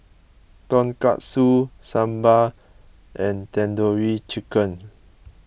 Tonkatsu Sambar and Tandoori Chicken